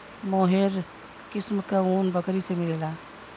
मोहेर किस्म क ऊन बकरी से मिलला